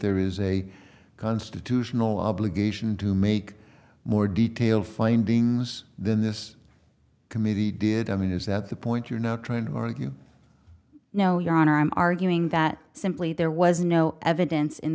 there is a constitutional obligation to make more detailed findings then this committee did i mean is that the point you're not trying to argue no your honor i'm arguing that simply there was no evidence in